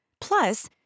Plus